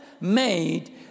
made